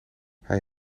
hij